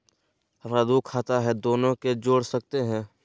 हमरा दू खाता हय, दोनो के जोड़ सकते है?